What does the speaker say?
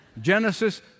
Genesis